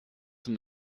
zum